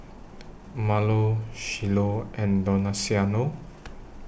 Marlo Shiloh and Donaciano